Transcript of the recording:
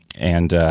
and.